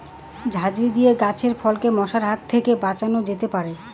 ঝাঁঝরি দিয়ে গাছের ফলকে মশার হাত থেকে বাঁচানো যেতে পারে?